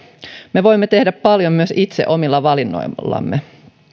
me voimme tehdä paljon myös itse omilla valinnoillamme